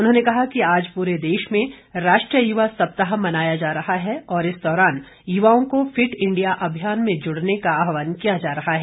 उन्होंने कहा कि आज पूरे देश में राष्ट्रीय युवा सप्ताह मनाया जा रहा है और इस दौरान युवाओं को फिट इंडिया अभियान में जुड़ने का आह्वान किया जा रहा है